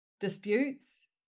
disputes